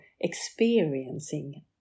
experiencing